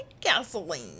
gasoline